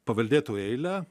paveldėtojų eilę